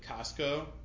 Costco